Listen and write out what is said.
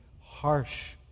harsh